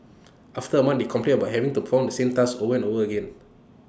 after A month they complained about having to perform the same task over and over again